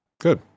Good